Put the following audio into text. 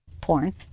porn